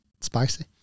Spicy